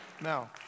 Now